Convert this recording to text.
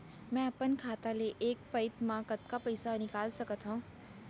मैं अपन खाता ले एक पइत मा कतका पइसा निकाल सकत हव?